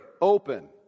open